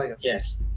Yes